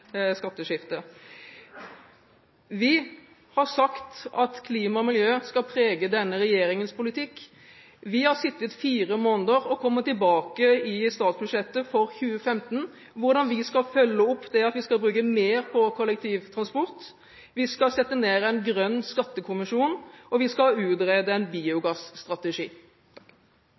Vi har sagt at klima og miljø skal prege denne regjeringens politikk. Vi har sittet fire måneder og kommer tilbake i statsbudsjettet for 2015 med hvordan vi skal følge opp det at vi skal bruke mer på kollektivtransport, vi skal sette ned en grønn skattekommisjon, og vi skal utrede en biogasstrategi.